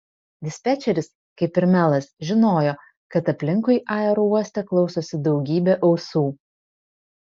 dispečeris kaip ir melas žinojo kad aplinkui aerouoste klausosi daugybė ausų